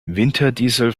winterdiesel